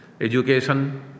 Education